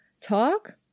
talk